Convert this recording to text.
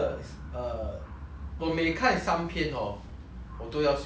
我都要睡觉 lah okay but at the end 我有我有 complete